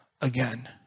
again